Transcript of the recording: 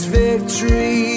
victory